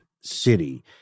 City